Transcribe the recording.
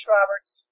Roberts